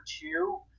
two